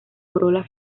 corola